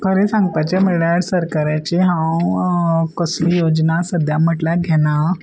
खरें सांगपाचें म्हळ्यार सरकाराची हांव कसली योजना सद्या म्हटल्यार घेना